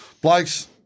Blake's